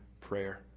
prayer